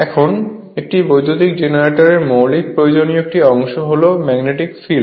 এখন একটি বৈদ্যুতিক জেনারেটর এর মৌলিক প্রয়োজনীয় একটি অংশ হল ম্যাগনেটিক ফিল্ড